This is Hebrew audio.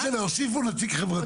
לא משנה, הוסיפו נציג חברתי.